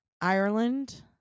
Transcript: Ireland